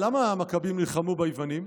למה המכבים נלחמו ביוונים?